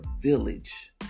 village